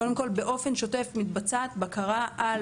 קודם כל באופן שוטף מתבצעת בקרה על